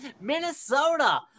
Minnesota